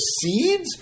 seeds